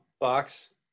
box